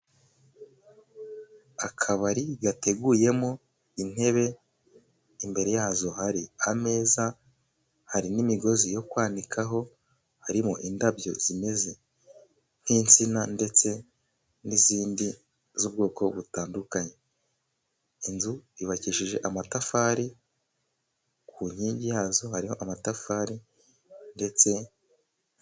Akabari gateguyemo intebe imbere yazo hari ameza hari n'imigozi yo kwanikaho, harimo indabo zimeze nk'insina ndetse n'izindi z'ubwoko butandukanye. Inzu yubakishije amatafari, ku nkingi yazo hari amatafari ndetse...